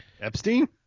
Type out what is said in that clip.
Epstein